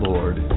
Lord